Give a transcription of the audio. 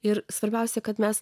ir svarbiausia kad mes